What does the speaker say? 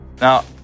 Now